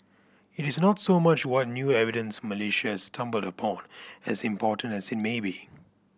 it is not so much what new evidence Malaysia has stumbled upon as important as it may be